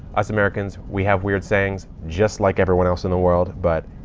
us americans, we have weird sayings just like everyone else in the world. but